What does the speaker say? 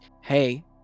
hey